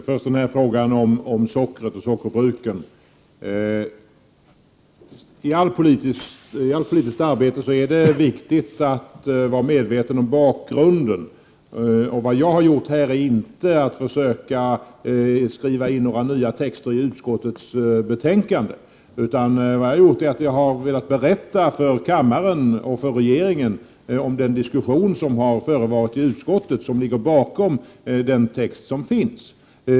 Herr talman! Först frågan om sockret och sockerbruken. I allt politiskt arbete är det viktigt att vara medveten om bakgrunden. Vad jag har gjort här är inte att försöka skriva in några nya texter i utskottets betänkande, utan jag har velat berätta för kammaren och regeringen om den diskussion som har förevarit i utskottet och som ligger bakom den text som finns.